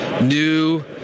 new